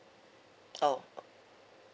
oh